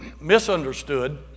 misunderstood